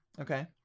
okay